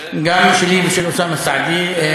גם שלי ושל אוסאמה סעדי.